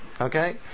Okay